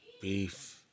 beef